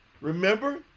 Remember